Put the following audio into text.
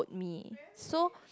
me so